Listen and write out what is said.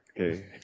okay